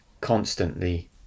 constantly